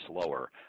slower